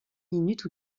minutes